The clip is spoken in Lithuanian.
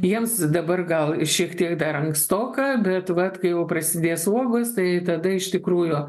jiems dabar gal šiek tiek dar ankstoka bet vat kai jau prasidės uogos tai tada iš tikrųjų